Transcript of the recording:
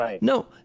No